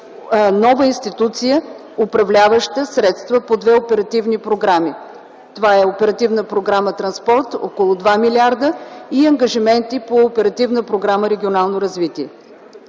нова институция, управляваща средства по две оперативни програми. Това е Оперативна програма „Транспорт” – около 2 млрд., и ангажименти по Оперативна програма „Регионално развитие”.